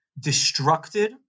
destructed